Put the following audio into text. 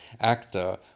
actor